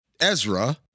Ezra